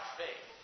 faith